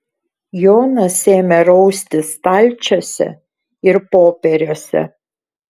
jonas ėmė raustis stalčiuose ir popieriuose